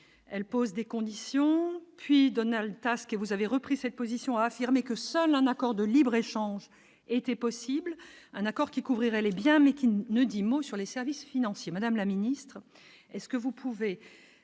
elle pose des conditions, puis Donald que vous avez repris cette position, a affirmé que seul un accord de libre-échange était possible, un accord qui couvrirait les biens mais qui ne dit mot sur les services financiers, madame la ministre, est ce que vous pouvez